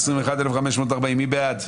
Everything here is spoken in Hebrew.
מתייחסת להסתייגויות 1440-1421, מי בעד?